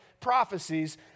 prophecies